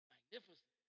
Magnificent